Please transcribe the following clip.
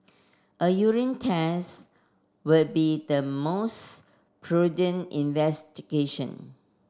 a urine test would be the most prudent investigation